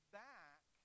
back